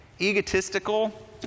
egotistical